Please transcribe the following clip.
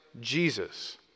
Jesus